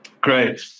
great